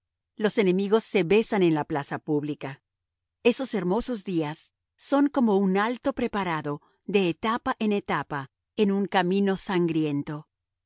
los enemigos se besan en la plaza pública esos hermosos días son como un alto preparado de etapa en etapa en un camino sangriento